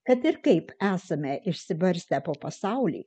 kad ir kaip esame išsibarstę po pasaulį